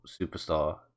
superstar